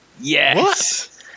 Yes